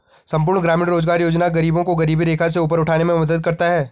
संपूर्ण ग्रामीण रोजगार योजना गरीबों को गरीबी रेखा से ऊपर उठाने में मदद करता है